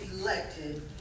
elected